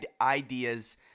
ideas